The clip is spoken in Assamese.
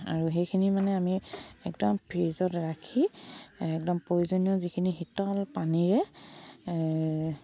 আৰু সেইখিনি মানে আমি একদম ফ্ৰিজত ৰাখি একদম প্ৰয়োজনীয় যিখিনি শীতল পানীৰে